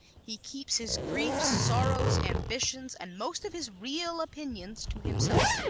he keeps his griefs, sorrows, ambitions and most of his real opinions to himself.